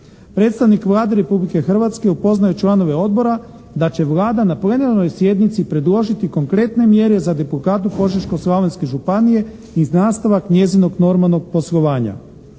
Predstavnik Vlade Republike Hrvatske upoznao je članove odbora da će Vlada na plenarnoj sjednici predložiti konkretne mjere za …/Govornik se ne razumije./… Požeško-slavonske županije i nastavak njezinog normalnog poslovanja.